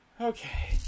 Okay